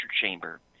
chamber